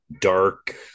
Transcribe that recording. dark